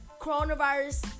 coronavirus